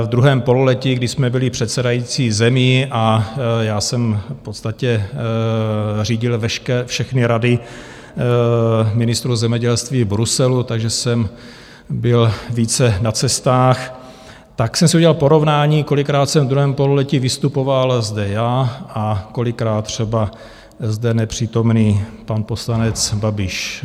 V druhém pololetí, kdy jsme byli předsedající zemí a já jsem v podstatě řídil všechny rady ministrů zemědělství v Bruselu, takže jsem byl více na cestách, tak jsem si udělal porovnání, kolikrát jsem v druhém pololetí vystupoval zde já a kolikrát třeba zde nepřítomný pan poslanec Babiš.